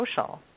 social